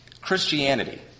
Christianity